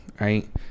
right